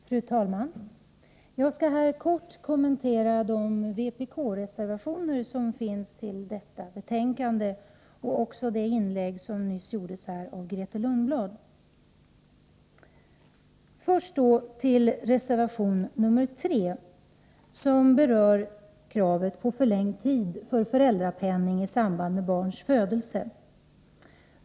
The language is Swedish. Fru talman! Jag skall kortfattat kommentera vpk-reservationerna till detta betänkande och också det inlägg som nyss gjordes av Grethe Lundblad. Jag börjar med reservation nr 3 med krav på förlängd tid för föräldrapenning i samband med barns födelse.